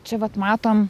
čia vat matom